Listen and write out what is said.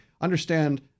Understand